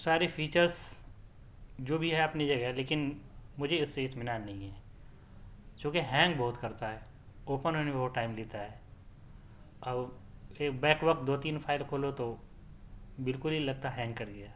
ساری فیچرس جو بھی ہے اپنی جگہ ہے لیکن مجھے اس سے اطمینان نہیں ہے چونکہ ہینگ بہت کرتا ہے اوپن ہونے میں بہت ٹائم لیتا ہے اور بیک وقت دو تین فائل کھولو تو بالکل ہی لگتا ہے ہینگ کر گیا